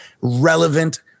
relevant